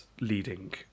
leading